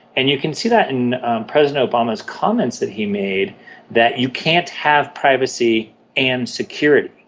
and you can see that in president obama's comments that he made that you can't have privacy and security.